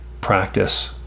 practice